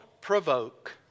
provoke